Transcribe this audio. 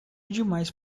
demais